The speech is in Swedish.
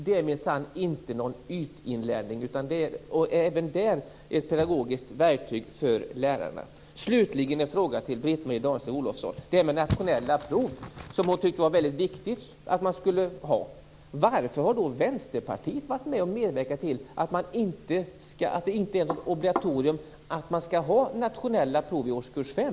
Det är minsann inte fråga om någon ytinlärning, utan även här handlar det om ett pedagogiskt verktyg för lärarna. Danestig. Den gäller de nationella proven, vilka hon tyckte var väldigt viktiga. Varför har Vänsterpartiet i så fall varit med och medverkat till att de nationella proven inte är ett obligatorium i årskurs fem?